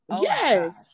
Yes